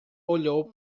olhou